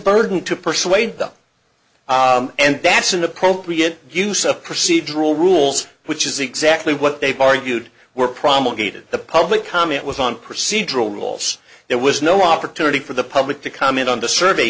burden to persuade them and that's an appropriate use of procedural rules which is exactly what they've argued were promulgated the public comment was on procedural rules there was no opportunity for the public to come in on the survey